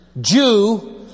Jew